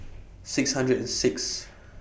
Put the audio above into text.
six hundred and Sixth